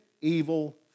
evil